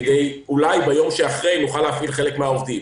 כדי שאולי ביום שאחרי נוכל להפעיל חלק מן העובדים.